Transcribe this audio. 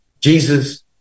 Jesus